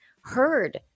heard